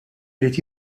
irid